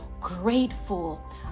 grateful